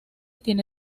tiene